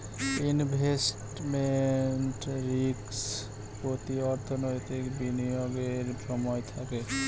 investment risk প্রতি অর্থনৈতিক বিনিয়োগের সময় থাকে